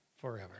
forever